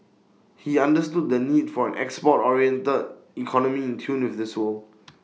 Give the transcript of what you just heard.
he understood the need for an export oriented economy in tune with this world